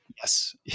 Yes